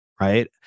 right